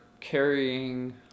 carrying